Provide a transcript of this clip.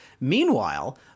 Meanwhile